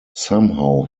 somehow